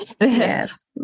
Yes